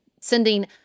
sending